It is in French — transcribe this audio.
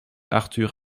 arthur